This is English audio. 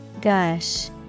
Gush